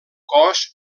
cos